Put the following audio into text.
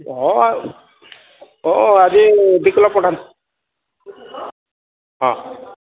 ହଁ ଆଉ ହଁ ଆଜି ଦୁଇ କିଲୋ ପଠାନ୍ତୁ ହଁ